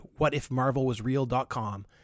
whatifmarvelwasreal.com